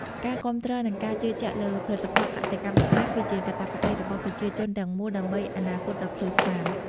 ការគាំទ្រ និងការជឿជាក់លើផលិតផលកសិកម្មខ្មែរ គឺជាកាតព្វកិច្ចរបស់ប្រជាជាតិទាំងមូល ដើម្បីអនាគតដ៏ភ្លឺស្វាង។